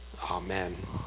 Amen